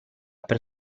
per